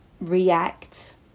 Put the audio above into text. react